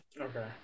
Okay